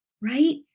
Right